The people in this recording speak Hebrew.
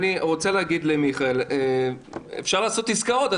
אני גם רוצה להגיד לאיתן אפשר לעשות עסקאות.